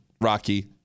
Rocky